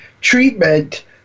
treatment